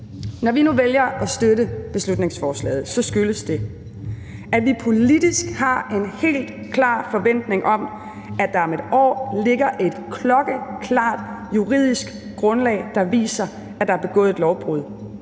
Når vi nu vælger at støtte beslutningsforslaget, skyldes det, at vi politisk har en helt klar forventning om, at der om et år ligger et klokkeklart juridisk grundlag, der viser, at der er begået et lovbrud.